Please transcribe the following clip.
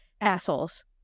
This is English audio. Assholes